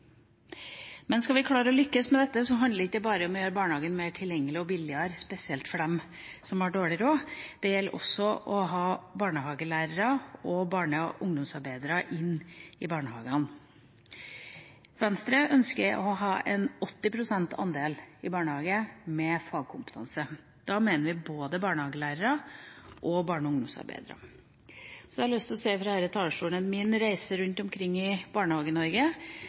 Men skal vi klare å lykkes med dette, handler det ikke bare om å gjøre barnehagen mer tilgjengelig og billigere spesielt for dem som har dårlig råd, det gjelder også å ha barnehagelærere og barne- og ungdomsarbeidere inn i barnehagene. Venstre ønsker at andelen ansatte med fagkompetanse i barnehagen skal være 80 pst. Da mener vi både barnehagelærere og barne- og ungdomsarbeidere. Så har jeg lyst til å si fra denne talerstolen at ut fra min reise rundt omkring i